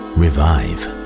revive